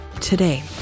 today